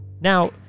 Now